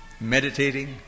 meditating